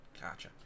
Gotcha